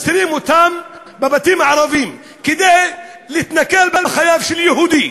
מסתירים אותם בבתים הערביים כדי להתנכל ליהודים,